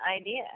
idea